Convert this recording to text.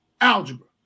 algebra